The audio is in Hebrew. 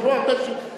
יש פה הרבה שישמחו.